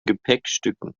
gepäckstücken